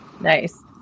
Nice